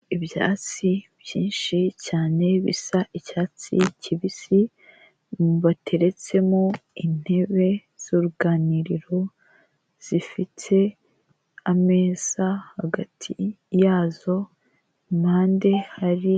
Ibyatsi byinshi cyane bisa icyatsi kibisi bateretsemo intebe z'uruganiriro zifite ameza hagati yazo impande hari.